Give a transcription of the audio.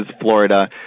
Florida